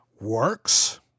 works